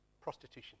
prostitution